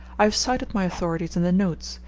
i have cited my authorities in the notes,